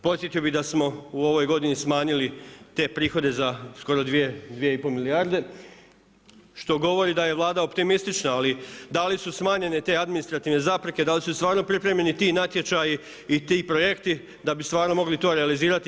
Podsjetio bih da smo u ovoj godini smanjili te prihode za koro 2 2,5 milijarde, što govori da je Vlada optimistična, ali da li su smanjene te administrativne zapreke, da li su stvarno pripremljeni ti natječaji i ti projekti, da bi stvarno mogli to realizirati.